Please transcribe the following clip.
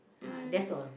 um